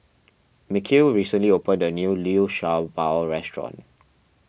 Mikeal recently opened a new Liu Sha Bao restaurant